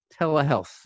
telehealth